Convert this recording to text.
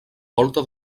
volta